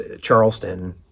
Charleston